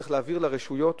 צריך להעביר לרשויות